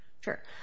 Sure